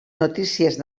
notícies